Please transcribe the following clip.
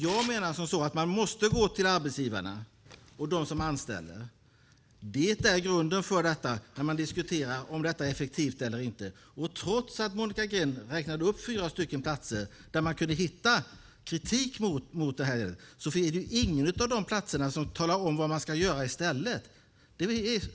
Jag menar att det är de som anställer som är grunden när man diskuterar om detta är effektivt eller inte. Monica Green räknade upp fyra platser där man kunde hitta kritik mot detta, men ingen av de platserna talar om vad man ska göra i stället.